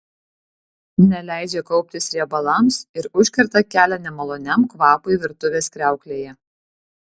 neleidžia kauptis riebalams ir užkerta kelią nemaloniam kvapui virtuvės kriauklėje